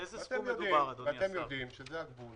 אתם יודעים שזה הגבול